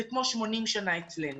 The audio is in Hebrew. זה כמו 80 שנים אצלנו.